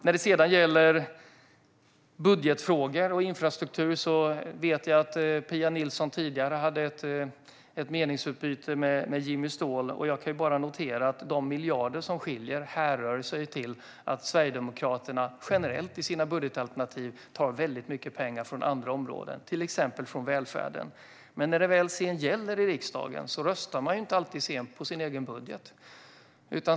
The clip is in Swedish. När det gäller budgetfrågor och infrastruktur vet jag att Pia Nilsson tidigare hade ett meningsutbyte med Jimmy Ståhl. Jag kan bara notera att de miljarder som skiljer härrör från att Sverigedemokraterna generellt i sina budgetalternativ tar väldigt mycket pengar från andra områden, till exempel från välfärden. Men när det sedan väl gäller i riksdagen röstar man inte alltid på sin egen budget.